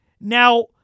Now